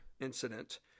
incident